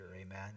Amen